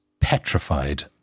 petrified